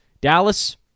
Dallas